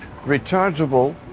rechargeable